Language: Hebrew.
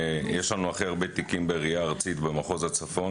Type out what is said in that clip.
יש לנו הכי הרבה תיקים בראייה ארצית במחוז הצפון,